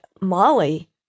Molly